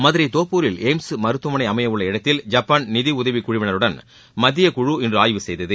மதுரை தோப்பூரில் எய்ம்ஸ் மருத்துவமனை அமையவுள்ள இடத்தில் ஜப்பான் நிதி உதவி குழுவினருடன் மத்தியக் குழு இன்று ஆய்வு செய்தது